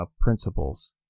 principles